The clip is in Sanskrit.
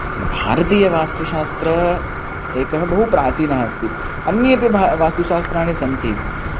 भारतीयवास्तुशास्त्रम् एकं बहु प्राचीनम् अस्ति अन्येपि भा वास्तुशास्त्राणि सन्ति